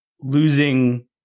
losing